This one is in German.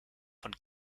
von